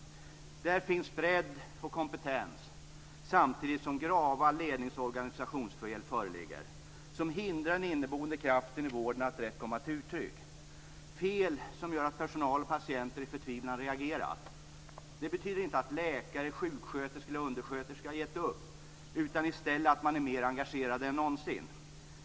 Där finns bredd och kompetens samtidigt som grava ledningsoch organisationsfel föreligger, som hindrar den inneboende kraften i vården att rätt komma till uttryck, fel som gjort att personal och patienter i förtvivlan reagerat. Det betyder inte att läkare, sjuksköterskor och undersköterskor gett upp, utan i stället att man är mer engagerad än någonsin.